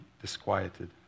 disquieted